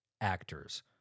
actors